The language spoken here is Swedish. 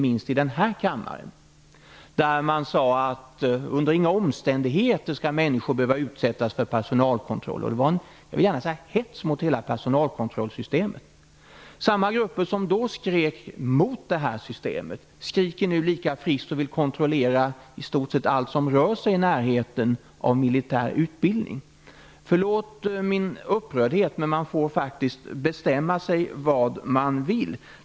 Man sade att människor under inga omständigheter skall be höva utsättas för personalkontroll. Det var en hets mot hela personalkontrollsystemet. Samma grupper som då skrek mot det systemet skriker nu lika friskt och vill kontrollera i stort sett allt som rör sig i närheten av militär utbildning. Förlåt min upprördhet, men man får faktiskt bestämma sig vad man vill.